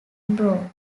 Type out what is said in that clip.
bro